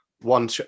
one